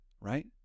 right